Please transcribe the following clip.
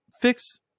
fix